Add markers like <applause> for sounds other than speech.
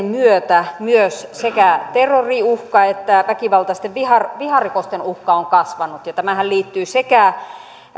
<unintelligible> myötä myös sekä terroriuhka että väkivaltaisten viharikosten uhka on kasvanut tämähän liittyy sekä